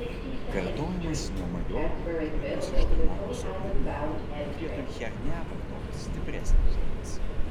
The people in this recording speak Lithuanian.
kartojamas nuo majoro iki metus ištarnavusio eilinio tik vietoj chiernia vartotas stipresnis žodis